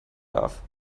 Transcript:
darf